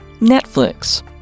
Netflix